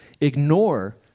ignore